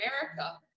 America